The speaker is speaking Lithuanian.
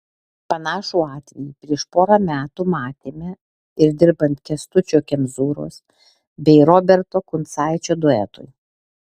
panašų atvejį prieš porą metų matėme ir dirbant kęstučio kemzūros bei roberto kuncaičio duetui